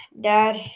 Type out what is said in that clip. Dad